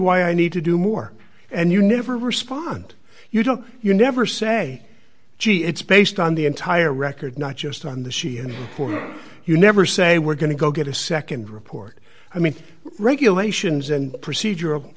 why i need to do more and you never respond you don't you never say gee it's based on the entire record not just on the c n n you never say we're going to go get a nd report i mean regulations and procedural